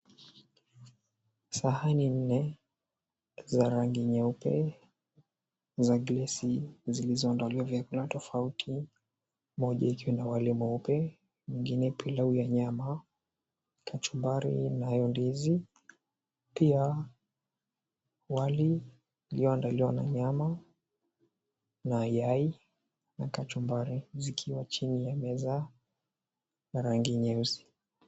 Sahani nne za rangi nyeupe za glasi zilizondaliwa vyakula tofauti. Moja ikiwa na wali mweupe, nyingine pilau ya nyama, kachumbari nayo ndizi. Pia wali iliyoandaliwa na nyama na yai na kachumbari zikiwa chini ya meza na rangi nyeusi.